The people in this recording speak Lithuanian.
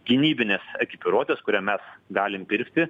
gynybinės ekipiruotės kurią mes galim pirkti